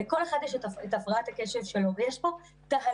לכל אחד יש את הפרעת הקשב שלו ויש פה תהליך